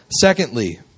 Secondly